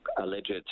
alleged